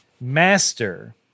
Master